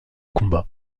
combat